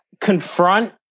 confront